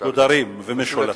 מגודרים ומשולטים.